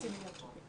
חצי מיליארד שקל.